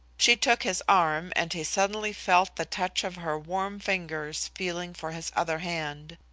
she took his arm and he suddenly felt the touch of her warm fingers feeling for his other hand.